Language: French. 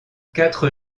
quatre